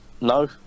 No